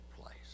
place